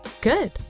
Good